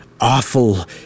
awful